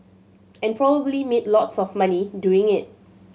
and probably made lots of money doing it